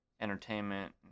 entertainment